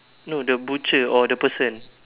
no the butcher or the person